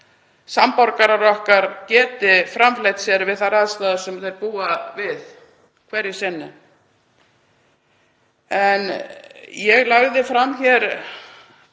samborgarar okkar geti framfleytt sér við þær aðstæður sem þeir búa við hverju sinni. Ég lagði fram